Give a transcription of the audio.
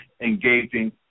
engaging